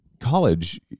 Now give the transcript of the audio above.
College